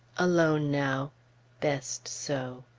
alone now best so.